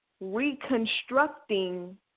reconstructing